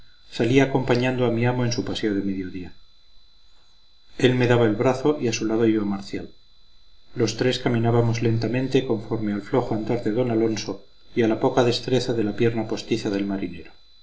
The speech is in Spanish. salí acompañando a mi amo en su paseo de mediodía él me daba el brazo y a su lado iba marcial los tres caminábamos lentamente conforme al flojo andar de d alonso y a la poca destreza de la pierna postiza del marinero